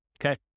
okay